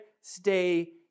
stay